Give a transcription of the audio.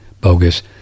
bogus